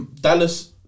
Dallas